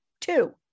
Two